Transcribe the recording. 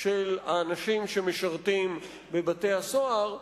של האנשים שמשרתים בבתי-הסוהר,